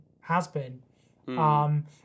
has-been